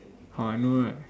hor I know right